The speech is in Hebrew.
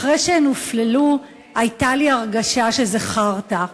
אחרי שהן הופללו הייתה לי הרגשה שזה חארטה.